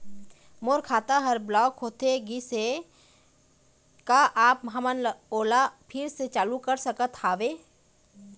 मोर खाता हर ब्लॉक होथे गिस हे, का आप हमन ओला फिर से चालू कर सकत हावे?